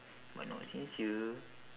but not sincere